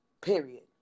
period